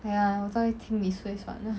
!aiya! 我在厅里睡算了